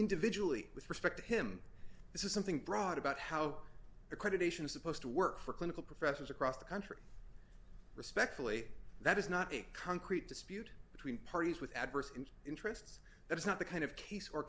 individually with respect to him this is something brought about how accreditation is supposed to work for clinical professions across the country respectfully that is not a concrete dispute between parties with adverse and interests that is not the kind of case or